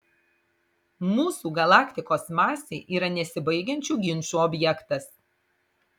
mūsų galaktikos masė yra nesibaigiančių ginčų objektas